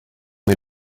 mes